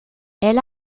elle